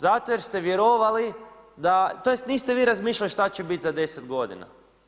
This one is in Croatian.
Zato jer ste vjerovali da, tj. niste vi razmišljali šta će biti za 10 godina.